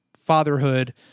fatherhood